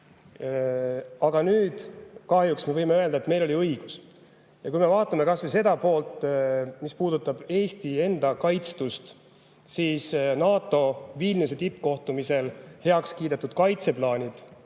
Aga nüüd, kahjuks, me võime öelda, et meil oli õigus. Vaatame seda poolt, mis puudutab Eesti enda kaitstust. NATO Vilniuse tippkohtumisel heaks kiidetud kaitseplaanid,